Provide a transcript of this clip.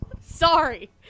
Sorry